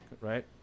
right